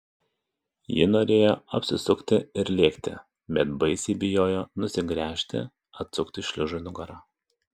ji norėjo apsisukti ir lėkti bet baisiai bijojo nusigręžti atsukti šliužui nugarą